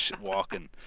walking